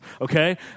okay